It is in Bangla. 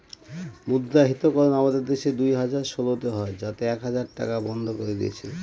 মুদ্রাহিতকরণ আমাদের দেশে দুই হাজার ষোলোতে হয় যাতে এক হাজার টাকা বন্ধ করে দিয়েছিল